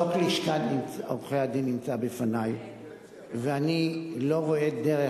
חוק לשכת עורכי-הדין נמצא בפני ואני לא רואה דרך,